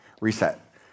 reset